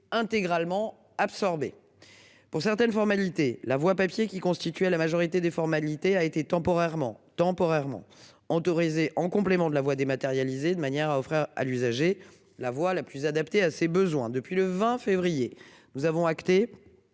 intégralement absorbé. Pour certaines formalités la voie papier qui constituaient la majorité des formalités a été temporairement temporairement en autorisé en complément de la voie dématérialisée de manière à offrir à l'usager, la voie la plus adaptée à ses besoins. Depuis le 20 février. Nous avons acté.